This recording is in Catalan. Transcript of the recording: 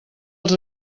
els